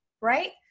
right